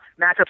matchups